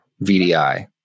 VDI